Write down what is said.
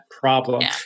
problem